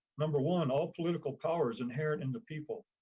number one, all political powers inherit into people.